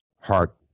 heart